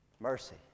Mercy